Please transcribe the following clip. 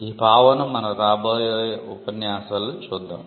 ఈ భావన మన రాబోయే ఉపన్యాసాలలో చూద్దాం